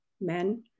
men